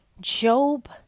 Job